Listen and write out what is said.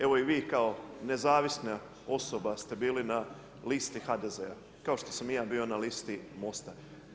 Evo i vi kao nezavisna osoba ste bili na listi HDZ-a, kao što sam i ja bio na listi MOST-a.